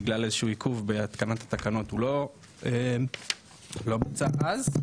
בגלל איזה שהוא עיכוב בהתקנת התקנות הוא לא בוצע אז,